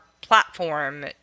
platform